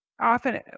often